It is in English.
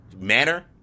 manner